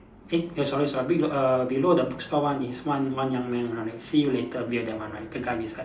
eh sorry sorry below err below the bookstore one is one one young man right see you later beer that one right the guy beside